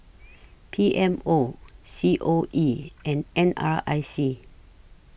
P M O C O E and N R I C